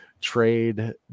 Trade